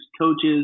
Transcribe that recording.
coaches